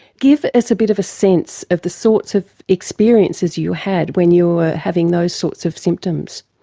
give us a bit of a sense of the sorts of experiences you had when you were having those sorts of symptoms.